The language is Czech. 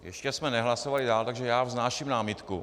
Ještě jsme nehlasovali dál, takže já vznáším námitku.